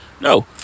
No